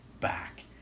back